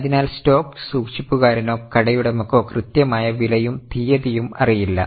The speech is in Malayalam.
അതിനാൽ സ്റ്റോക്ക് സൂക്ഷിപ്പുകാരനോ കടയുടമയ്ക്കോ കൃത്യമായ വിലയും തീയതിയും അറിയില്ല